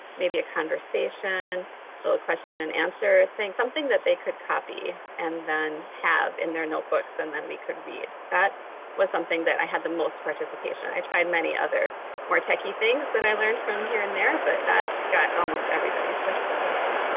maybe a conversation, a little question and answer. something that they could copy and then have in their notebooks and then we could read. that was something that i had the most participation. i tried many other more techy things that i learned from here and there but that got almost everybody's participation.